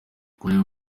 kureba